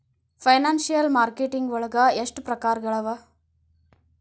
Financial marketing ವಳಗ ಎಷ್ಟ್ ಪ್ರಕ್ರಾರ್ಗಳವ?